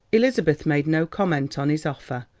elizabeth made no comment on his offer,